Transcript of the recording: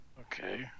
Okay